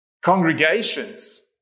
Congregations